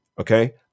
Okay